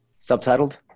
Subtitled